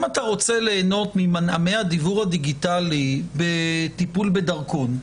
אם אתה רוצה ליהנות ממנעמי הדיוור הדיגיטלי בטיפול בדרכון,